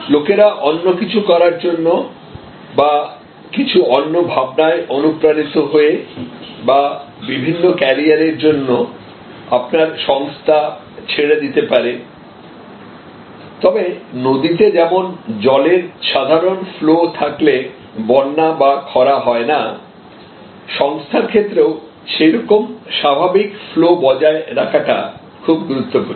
লোকেরা অন্য কিছু করার জন্য বা কিছু অন্য ভাবনায় অনুপ্রাণিত হয়ে বা বিভিন্ন কেরিয়ারের জন্য আপনার সংস্থা ছেড়ে দিতে পারে তবে নদীতে যেমন জলের সাধারণ ফ্লো থাকলে বন্যা বা খরা হয় না সংস্থার ক্ষেত্রেও সেই রকম স্বাভাবিক ফ্লো বজায় রাখাটা খুব গুরুত্বপূর্ণ